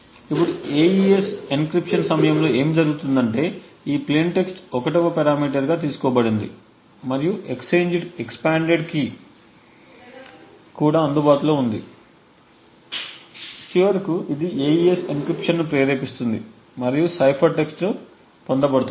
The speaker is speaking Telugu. ఇప్పుడు AES ఎన్క్రిప్షన్ సమయంలో ఏమి జరుగుతుందంటే ఈ ప్లేయిన్ టెక్స్ట్ 1వ పారామీటర్గా తీసుకోబడింది మరియు ఎక్స్పాండేడ్ కీ కూడా అందుబాటులో ఉంది మరియు చివరకు ఇది AES ఎన్క్రిప్షన్ ను ప్రేరేపిస్తుంది మరియు సైఫర్ టెక్స్ట్ పొందబడుతుంది